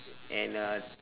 and uh